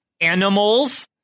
animals